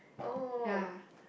oh